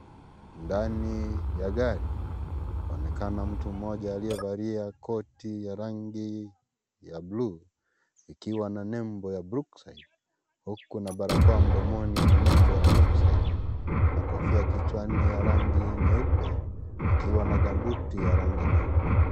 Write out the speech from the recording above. Ndani ya gari inaonekana mtu mmoja aliyevalia koti ya rangi ya bluu ikiwa na nembo ya Brookside huku na barakoa mdomoni yenye nembo ya Brookside, na kofia kichwani ya rangi nyeupe, akiwa na gumboots ya rangi nyeupe.